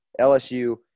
LSU